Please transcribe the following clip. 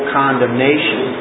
condemnation